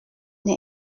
est